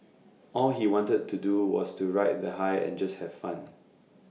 all he wanted to do was to ride the high and just have fun